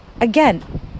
again